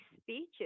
speeches